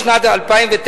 בשנת 2009,